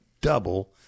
double